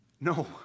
No